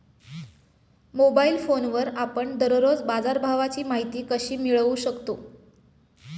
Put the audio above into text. Mobile फोनवर आपण दररोज बाजारभावाची माहिती कशी मिळवू शकतो?